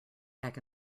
back